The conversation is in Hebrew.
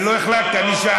אני לא החלטתי, אני שאלתי.